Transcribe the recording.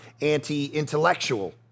anti-intellectual